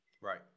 Right